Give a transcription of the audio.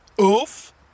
Oof